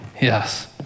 Yes